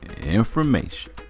information